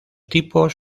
tipos